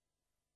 התשע"ח 2017,